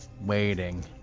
waiting